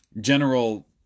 general